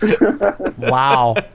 Wow